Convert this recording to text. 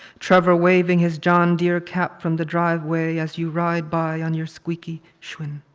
trevor waving his john deere cap from the driveway as you ride by on your squeaky schwinn.